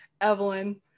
Evelyn